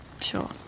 Sure